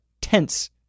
tense